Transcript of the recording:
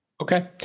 Okay